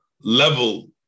level